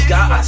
God